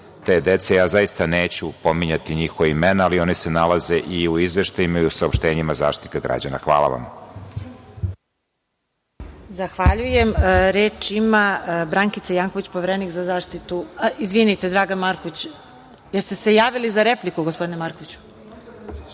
te dece ja zaista neću pominjati njihova imena, ali oni se nalaze i u izveštajima i u saopštenjima Zaštitnika građana. Hvala vam.